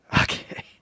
Okay